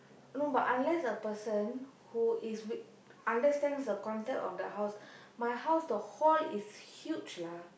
no but unless a person who is vi~ understands the concept of the house my house the hall is huge lah